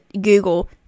Google